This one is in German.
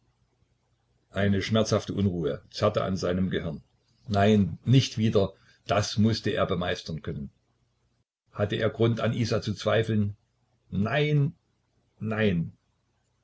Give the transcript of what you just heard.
eine schmerzhafte unruhe zerrte an seinem gehirn nein nicht wieder das mußte er bemeistern können hatte er grund an isa zu zweifeln nein nein